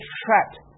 trapped